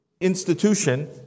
institution